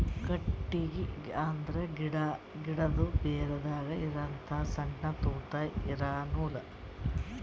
ಕಟ್ಟಿಗಿ ಅಂದ್ರ ಗಿಡಾ, ಗಿಡದು ಬೇರದಾಗ್ ಇರಹಂತ ಸಣ್ಣ್ ತೂತಾ ಇರಾ ನೂಲ್